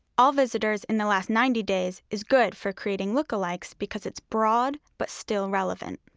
all visitors in the last ninety days is good for creating lookalikes because it's broad, but still relevant.